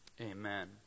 amen